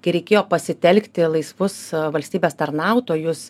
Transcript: kai reikėjo pasitelkti laisvus valstybės tarnautojus